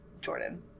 Jordan